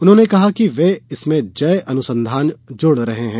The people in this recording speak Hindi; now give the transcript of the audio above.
उन्होंने कहा कि वे इसमें जय अनुसंधान जोड़ रहे हैं